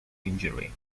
injury